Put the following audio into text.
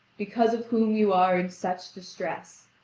because of whom you are in such distress.